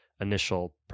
initial